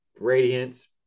Radiance